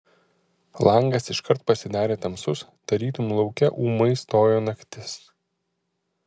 langas iškart pasidarė tamsus tarytum lauke ūmai stojo naktis